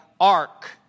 ark